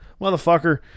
motherfucker